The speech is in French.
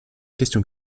question